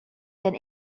been